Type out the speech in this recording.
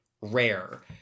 rare